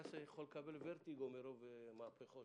טייס יכול לקבל ורטיגו מרוב מהפכות.